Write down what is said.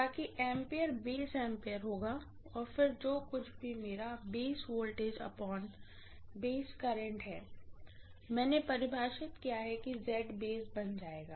ताकि ampere base ampere होगा और फिर जो कुछ भी मेरा है मैंने परिभाषित किया है कि बन जाएगा